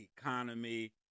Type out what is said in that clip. economy